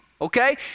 okay